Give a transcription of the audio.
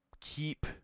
keep